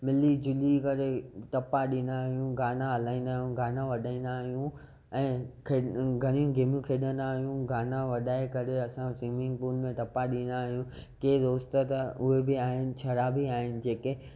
मिली जुली करे टपा ॾींदा आहियूं गाना हलाईंदा आहियूं गाना वॼाईंदा आहियूं ऐं घणियूं गेमियूं खेॾंदा आहियूं गाना वॼाए करे असां स्वीमिंग पूल में टपा ॾींदा आहियूं कंहिं दोस्त त उहे बि आहिनि शराबी आहिनि जेके